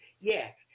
Yes